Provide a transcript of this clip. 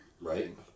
Right